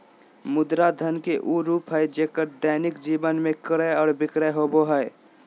मुद्रा धन के उ रूप हइ जेक्कर दैनिक जीवन में क्रय और विक्रय होबो हइ